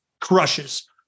crushes